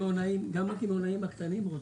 גם הקמעונאים הקטנים רוצים.